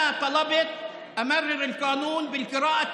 אני רוצה להסביר לאנשים מה זה טרומית.